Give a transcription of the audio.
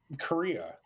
Korea